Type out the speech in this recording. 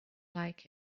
like